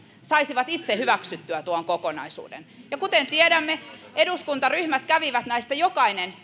saisivat itse hyväksyttyä tuon kokonaisuuden kuten tiedämme eduskuntaryhmät kävivät jokainen